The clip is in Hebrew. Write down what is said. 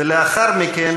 ולאחר מכן,